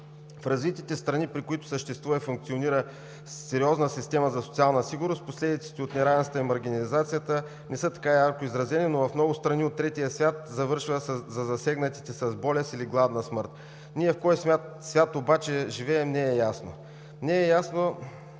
В развитите страни, при които съществува и функционира сериозна система за социална сигурност, последиците от неравенствата и маргинализацията не са така ярко изразени, но в много страни от Третия свят завършва за засегнатите с болест или гладна смърт. Ние в кой свят обаче живеем, не е ясно. Не е ясно,